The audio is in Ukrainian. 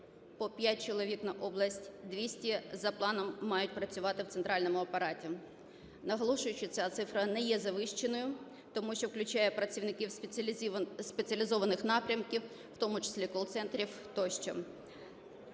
по 5 чоловік на область; 200 - за планом мають працювати в центральному апараті. Наголошую, що ця цифра не є завищеною, тому що включає працівників спеціалізованих напрямків, в тому числіcаll-центрів тощо.